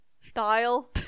style